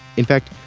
in fact,